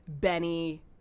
Benny